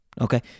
Okay